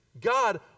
God